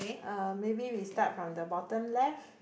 uh maybe we start from the bottom left